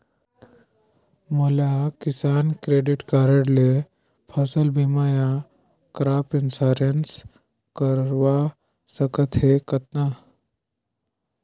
मोला किसान credit card ले फसल बीमा या क्रॉप इंश्योरेंस करवा सकथ हे कतना?